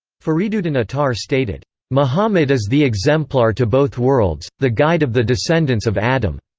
fariduddin attar stated, muhammad is the exemplar to both worlds, the guide of the descendants of adam.